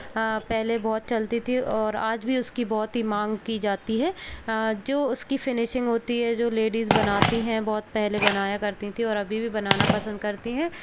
पहले बहुत चलती थी और आज भी उसकी बहुत ही मांग की जाती है जो उसकी फिनिशिंग होती है जो लेडीज़ बनाती हैं बहुत पहले बनाया करती थी और अभी भी बनाना पसंद करती हैं